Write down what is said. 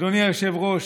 אדוני היושב-ראש,